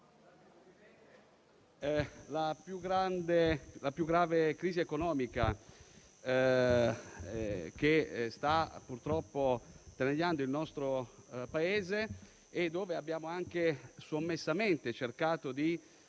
più grave crisi economica che sta purtroppo travagliando il nostro Paese abbiamo sommessamente cercato di